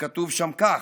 וכתוב שם כך: